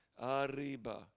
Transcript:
Arriba